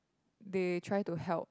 they try to help